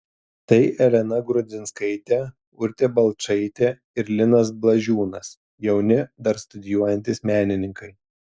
tai elena grudzinskaitė urtė balčaitė ir linas blažiūnas jauni dar studijuojantys menininkai